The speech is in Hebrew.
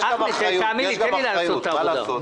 תן לי לעשות את העבודה.